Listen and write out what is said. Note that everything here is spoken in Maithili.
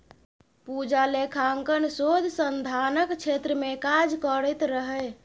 पूजा लेखांकन शोध संधानक क्षेत्र मे काज करैत रहय